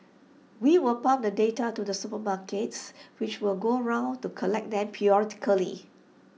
we will pump the data to the supermarkets which will go round to collect them periodically